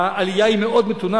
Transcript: העלייה היא מאוד מתונה,